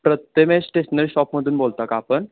Prathamesh stationery शॉपमधून बोलता का आपण